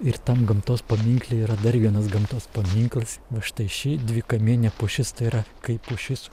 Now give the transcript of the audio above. ir tam gamtos paminkle yra dar vienas gamtos paminklas va štai ši dvikamienė pušis tai yra kaip pušis